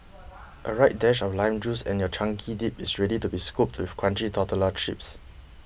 a right dash of lime juice and your chunky dip is ready to be scooped with crunchy tortilla chips